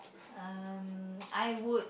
um I would